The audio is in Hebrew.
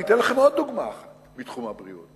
אני אתן לכם עוד דוגמה מתחום הבריאות,